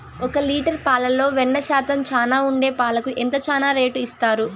ఒక లీటర్ పాలలో వెన్న శాతం చానా ఉండే పాలకు ఎంత చానా రేటు ఇస్తారు?